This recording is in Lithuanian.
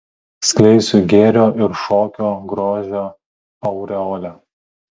skleisiu gėrio ir šokio grožio aureolę